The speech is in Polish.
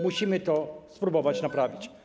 Musimy to spróbować naprawić.